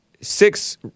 six